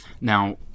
Now